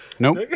Nope